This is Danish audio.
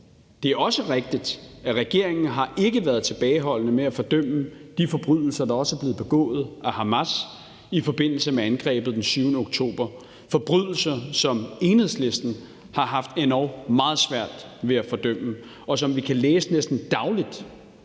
Det er også rigtigt, at regeringen ikke har været tilbageholdende med at fordømme de forbrydelser, der også er blevet begået af Hamas i forbindelse med angrebet den 7. oktober, forbrydelser, som Enhedslisten har haft endog meget svært ved at fordømme, og som vi kan læse næsten dagligt